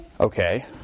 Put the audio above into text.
Okay